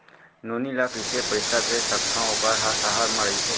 नोनी ल कइसे पइसा भेज सकथव वोकर ह सहर म रइथे?